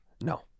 No